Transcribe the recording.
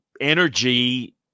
energy